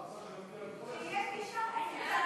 ההסתייגות (16)